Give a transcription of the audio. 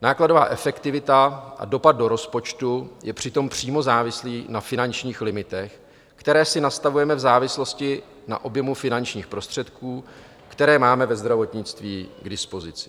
Nákladová efektivita a dopad do rozpočtu jsou přitom přímo závislé na finančních limitech, které si nastavujeme v závislosti na objemu finančních prostředků, které máme ve zdravotnictví k dispozici.